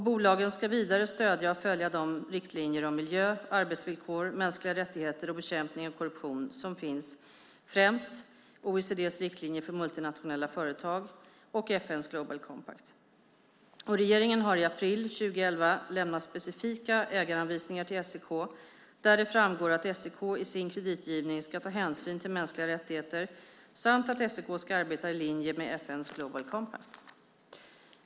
Bolagen ska vidare stödja och följa de riktlinjer om miljö, arbetsvillkor, mänskliga rättigheter och bekämpning av korruption som finns, främst OECD:s riktlinjer för multinationella företag och FN:s Global Compact. Regeringen har i april 2011 lämnat specifika ägaranvisningar till SEK där det framgår att SEK i sin kreditgivning ska ta hänsyn till mänskliga rättigheter samt att SEK ska arbeta i linje med FN:s Global Compact.